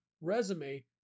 resume